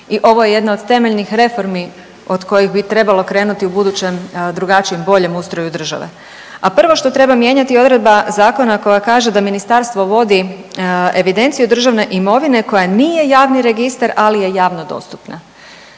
I ovo je jedna od temeljnih reformi od kojih bi trebamo krenuti u budućem, drugačijem, boljem ustroju države. A prvo što treba mijenjati odredba zakona koja kaže da ministarstvo vodi evidenciju državne imovine koja nije javni registar ali je javno dostupna.